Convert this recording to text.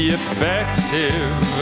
effective